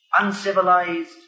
uncivilized